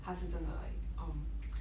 他是真的 like um